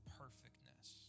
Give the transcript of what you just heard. perfectness